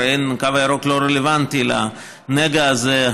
הרי הקו הירוק לא רלוונטי לנגע הזה.